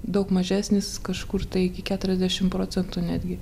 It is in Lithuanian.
daug mažesnis kažkur tai iki keturiasdešim procentų netgi